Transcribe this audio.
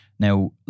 Now